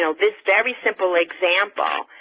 so this very simple example,